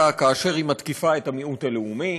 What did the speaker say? כאשר היא מתקיפה את המיעוט הלאומי,